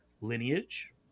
lineage